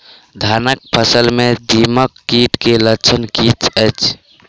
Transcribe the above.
धानक फसल मे दीमक कीट केँ लक्षण की अछि?